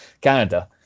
Canada